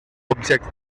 object